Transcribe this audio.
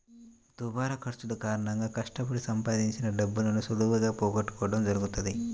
దుబారా ఖర్చుల కారణంగా కష్టపడి సంపాదించిన డబ్బును సులువుగా పోగొట్టుకోడం జరుగుతది